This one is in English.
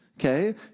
Okay